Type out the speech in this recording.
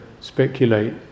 speculate